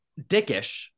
dickish